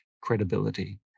credibility